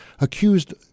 accused